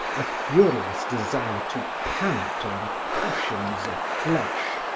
a furious desire to pant on cushions of flesh,